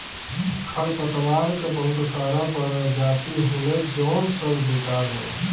खरपतवार क बहुत सारा परजाती होला जौन सब बेकार होला